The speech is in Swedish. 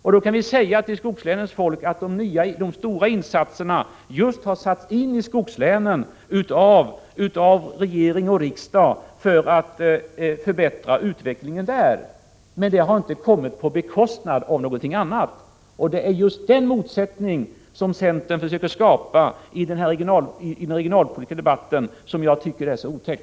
Vi kan säga till skogslänens folk att de stora insatserna har regering och riksdag satt in i skogslänen för att förbättra utvecklingen där, men det har inte skett på bekostnad av någonting annat. Det är just denna motsättning, som centern försöker skapa i den regionalpolitiska debatten, som jag tycker är otäck.